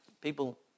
people